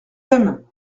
aime